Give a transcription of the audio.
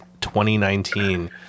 2019